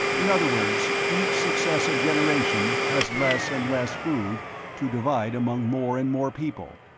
in other words, each successive generation has less and less food to divide among more and more people,